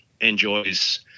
enjoys